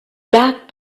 back